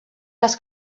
les